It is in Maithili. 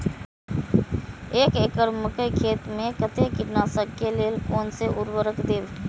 एक एकड़ मकई खेत में कते कीटनाशक के लेल कोन से उर्वरक देव?